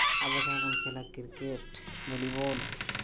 ᱟᱵᱚ ᱡᱟᱦᱟᱸ ᱵᱚᱱ ᱠᱷᱮᱞᱟ ᱠᱨᱤᱠᱮᱴ ᱵᱷᱚᱞᱤᱵᱚᱞ